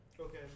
Okay